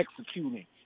executing